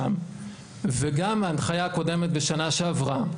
וגם ההנחיה הקודמת בשנה שעברה,